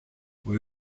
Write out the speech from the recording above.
what